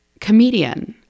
Comedian